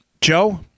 Joe